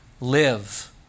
live